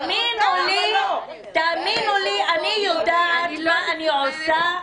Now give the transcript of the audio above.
תאמינו לי, אני יודעת מה אני עושה.